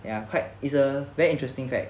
ya quite it's a very interesting fact